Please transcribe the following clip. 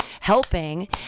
helping